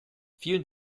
vielen